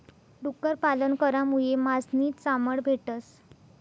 डुक्कर पालन करामुये मास नी चामड भेटस